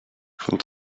von